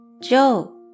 Joe